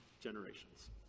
generations